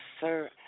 sir